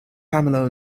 pamela